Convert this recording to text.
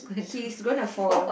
he's gonna fall